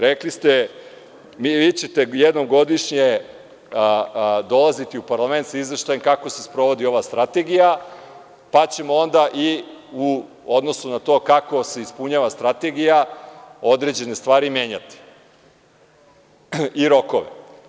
Rekli ste, vi ćete jednom godišnje dolaziti u parlament sa izveštajem kako se sprovodi ova strategija, pa ćemo onda i u odnosu na to kako se ispunjava strategija, određene stvari menjati i rokove.